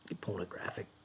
pornographic